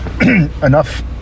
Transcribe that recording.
enough